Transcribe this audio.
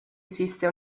esiste